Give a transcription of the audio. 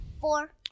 Four